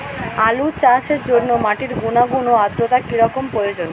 আলু চাষের জন্য মাটির গুণাগুণ ও আদ্রতা কী রকম প্রয়োজন?